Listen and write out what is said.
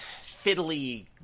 fiddly